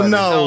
no